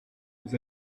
vous